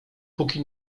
póki